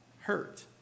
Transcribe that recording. hurt